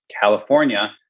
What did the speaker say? California